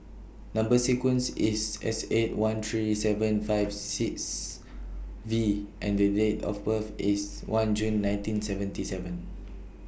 Number sequence IS S eight one three four seven five six V and Date of birth IS one June nineteen seventy seven